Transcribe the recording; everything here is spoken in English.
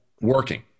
working